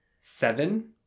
Seven